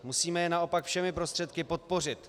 Musíme je naopak všemi prostředky podpořit.